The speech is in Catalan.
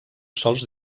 sols